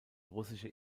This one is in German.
russische